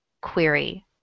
query